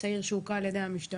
זה צעיר שהוכה על-ידי המשטרה.